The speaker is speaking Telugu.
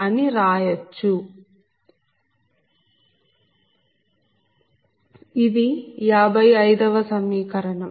ఇది 55 వ సమీకరణం